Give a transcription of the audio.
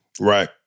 Right